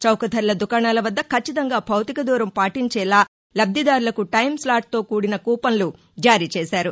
చౌకధరల దుకాణాల వద్ద కచ్చితంగా భౌతిక దూరం పాటించేలా లబ్దిదారులకు టైం స్లాట్తో కూడిన కూపన్లు జారీ చేశారు